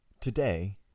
Today